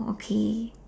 okay